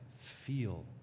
feel